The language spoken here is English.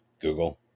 Google